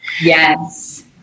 Yes